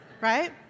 Right